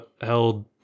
held